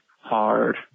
hard